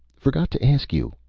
forgot to ask you.